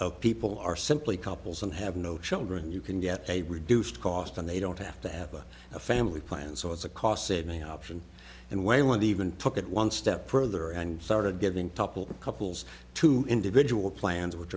of people are simply couples and have no children you can get a reduced cost and they don't have to have a family plan so it's a cost saving option and way one even took it one step further and started getting couple of couples to individual plans which